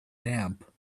damp